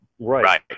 Right